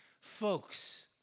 folks